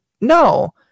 no